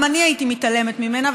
גם אני הייתי מתעלמת ממנה,